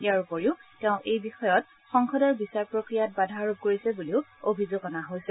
ইয়াৰ উপৰিও তেওঁ এই বিষয়ৰ সংসদৰ বিচাৰ প্ৰক্ৰিয়াত বাধা আৰোপ কৰিছে বুলিও অভিযোগ অনা হৈছে